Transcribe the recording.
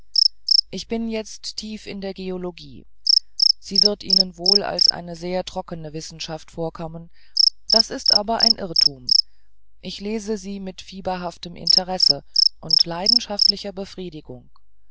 ich bin jetzt tief in der geologie sie wird ihnen wohl als eine sehr trockene wissenschaft vorkommen das ist aber ein irrtum ich lese sie mit fieberhaftem interesse und leidenschaftlicher befriedigung